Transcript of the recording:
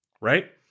right